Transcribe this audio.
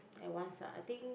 at once ah I think